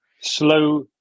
Slow